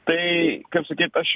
tai kaip sakyt aš